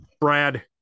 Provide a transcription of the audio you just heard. Brad